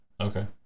Okay